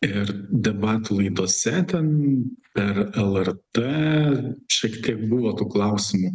ir debatų laidose ten per lrt šiek tiek buvo tų klausimų